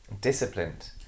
disciplined